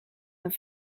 een